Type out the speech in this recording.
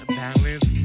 balance